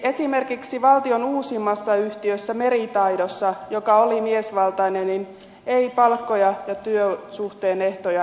esimerkiksi valtion uusimmassa yhtiössä meritaidossa joka oli miesvaltainen ei palkkoja ja työsuhteen ehtoja heikennetty